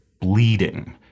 bleeding